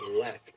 left